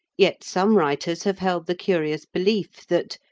yet some writers have held the curious belief that,